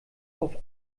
auf